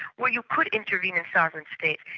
where you could intervene in sovereign states,